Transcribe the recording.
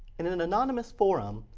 and in in a anonymous forum.